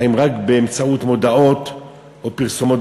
האם רק באמצעות מודעות או פרסומות